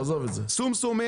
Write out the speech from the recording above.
שומשום,